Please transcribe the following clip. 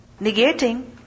negating